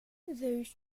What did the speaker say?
those